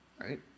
right